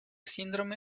síndrome